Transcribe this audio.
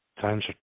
times